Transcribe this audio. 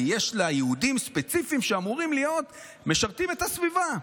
יש לה ייעודים ספציפיים שאמורים לשרת את הסביבה,